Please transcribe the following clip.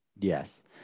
yes